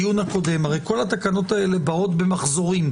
בדיון הקודם כל התקנות האלה באות במחזורים,